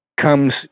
comes